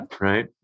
Right